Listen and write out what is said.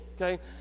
okay